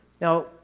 Now